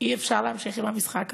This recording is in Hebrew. אי-אפשר להמשיך עם המשחק הזה.